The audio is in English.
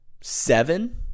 seven